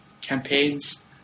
campaigns